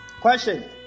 question